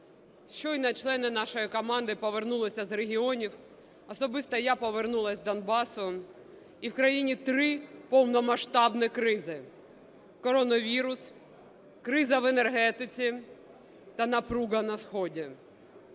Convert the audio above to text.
Щойно члени нашої команди повернулися з регіонів, особисто я повернулася з Донбасу. І в країні три повномасштабні кризи: коронавірус, криза в енергетиці та напруга на сході.